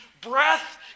breath